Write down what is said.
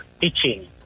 teaching